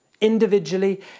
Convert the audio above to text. individually